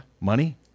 Money